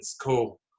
Cool